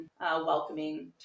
welcoming